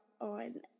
on